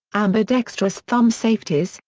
ambidextrous thumb safeties,